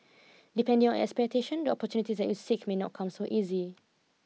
depending on your expectations the opportunities that you seek may not come so easy